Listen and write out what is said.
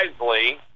wisely